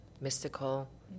mystical